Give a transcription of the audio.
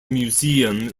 museum